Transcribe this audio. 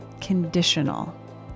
conditional